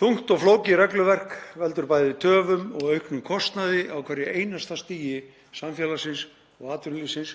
Þungt og flókið regluverk veldur bæði töfum og auknum kostnaði á hverju einasta stigi samfélagsins og atvinnulífsins